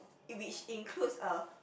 if which includes a